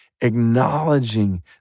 acknowledging